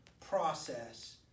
process